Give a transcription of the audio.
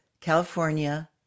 california